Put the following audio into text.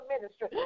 ministry